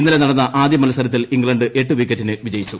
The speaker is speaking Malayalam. ഇന്നലെ നടന്ന് ആദ്യ മത്സരത്തിൽ ് ഇംഗ്ലണ്ട് എട്ട് വിക്കറ്റിന് വിജയിച്ചു